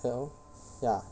hello ya